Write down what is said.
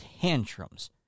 tantrums